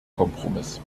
kompromiss